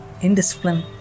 Indiscipline